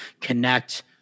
connect